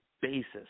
basis